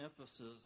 emphasis